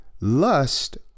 lust